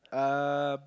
um